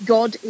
God